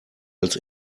als